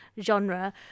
genre